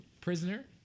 prisoner